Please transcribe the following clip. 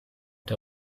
der